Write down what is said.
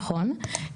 נכון.